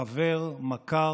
חבר, מכר,